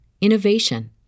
innovation